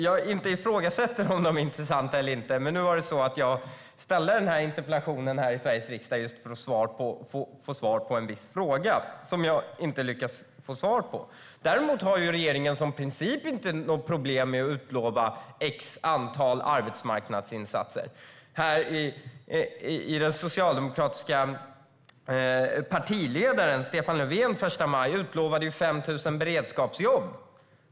Jag ifrågasätter inte om de är intressanta eller inte, men nu ställde jag den här interpellationen i Sveriges riksdag just för att få svar på en viss fråga - som jag inte lyckas få svar på. Regeringen har däremot som princip inte något problem med att utlova ett visst antal när det gäller arbetsmarknadsinsatser. Den socialdemokratiska partiledaren Stefan Löfven utlovade första maj 5 000 beredskapsjobb.